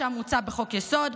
שם מוצע כי בחוק-יסוד: